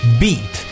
beat